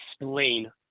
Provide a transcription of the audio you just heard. explain